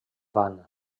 van